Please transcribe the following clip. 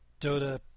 Dota